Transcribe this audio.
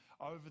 over